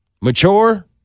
Mature